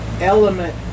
element